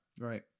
Right